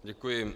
Děkuji.